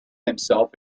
himself